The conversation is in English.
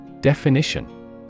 Definition